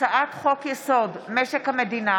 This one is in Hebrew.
הצעת חוק-יסוד: משק המדינה